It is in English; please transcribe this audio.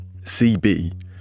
CB